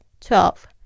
Twelve